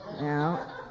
Now